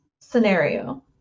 scenario